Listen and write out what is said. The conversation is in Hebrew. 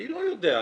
אני לא יודע.